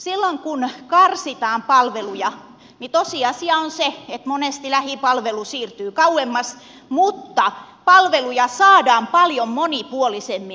silloin kun karsitaan palveluja niin tosiasia on se että monesti lähipalvelu siirtyy kauemmas mutta palveluja saadaan paljon monipuolisemmin